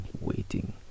waiting